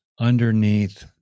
underneath